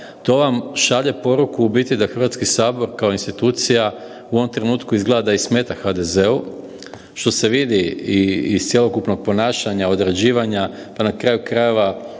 to vam šalje poruku u biti da Hrvatski sabor kao institucija u ovom trenutku izgleda da i smeta HDZ-u, što se vidi i iz cjelokupnog ponašanja, odrađivanja, pa na kraju krajeva